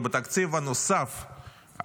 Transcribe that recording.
ובתקציב הנוסף ,